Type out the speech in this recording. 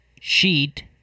sheet